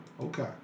Okay